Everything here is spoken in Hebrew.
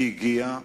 היא הגיעה,